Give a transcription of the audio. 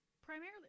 Primarily